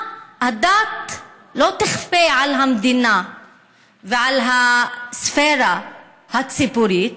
הדת לא תכפה על המדינה ועל הספרה הציבורית,